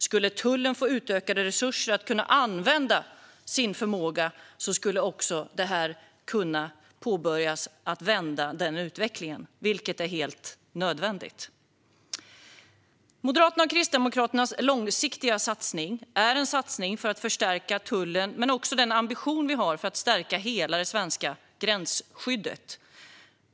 Skulle tullen få utökade resurser för att kunna använda sin förmåga skulle en vändning av den här utvecklingen kunna påbörjas, vilket är helt nödvändigt. Moderaternas och Kristdemokraternas långsiktiga satsning är en satsning för att förstärka tullen men också en ambition att stärka hela det svenska gränsskyddet.